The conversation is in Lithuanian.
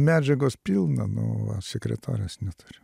medžiagos pilna nu o sekretorės neturiu